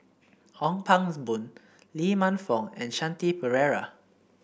Ong Pangs Boon Lee Man Fong and Shanti Pereira